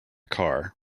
car